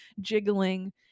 jiggling